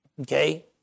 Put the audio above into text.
Okay